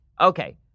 Okay